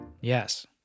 Yes